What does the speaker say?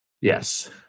Yes